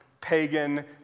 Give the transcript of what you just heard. pagan